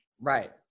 Right